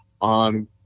on